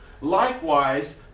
likewise